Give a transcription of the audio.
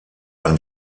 ein